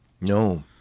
No